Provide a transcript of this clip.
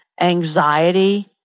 anxiety